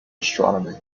astronomy